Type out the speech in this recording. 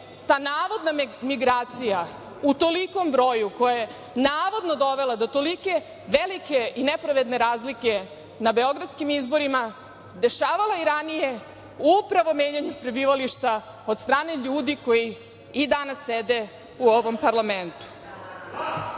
ta navodna migracija u tolikom broju koja je navodno dovela do tolike velike i nepravedne razlike na beogradskim izborima, dešavalo i ranije upravo menjanje prebivališta od strane ljudi koji i danas sede u ovom parlamentu.Za